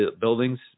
buildings